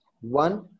One